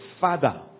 father